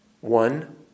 One